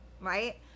right